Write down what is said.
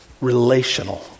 relational